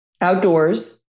Outdoors